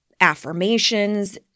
affirmations